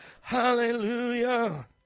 Hallelujah